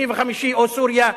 שני וחמישי, או סוריה,